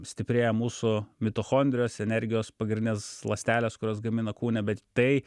stiprėja mūsų mitochondrijos energijos pagrindinės ląstelės kurios gamina kūne bet tai